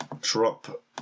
Drop